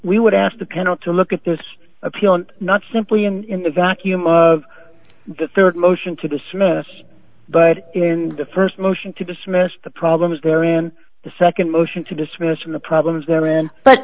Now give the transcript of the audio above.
we would ask the panel to look at this appeal and not simply in the vacuum of the third motion to dismiss but in the first motion to dismiss the problems there in the second motion to dismiss from the problems there in but